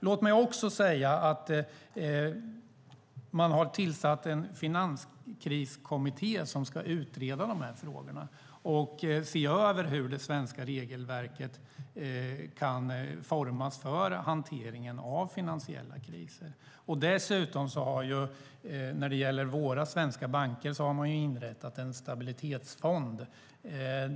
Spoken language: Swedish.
Låt mig också säga: Man har tillsatt en finanskriskommitté som ska utreda frågorna och se över hur det svenska regelverket kan formas för hanteringen av finansiella kriser. Dessutom har man när det gäller våra svenska banker inrättat en stabilitetsfond.